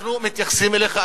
אנחנו מתייחסים אליך,